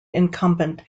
incumbent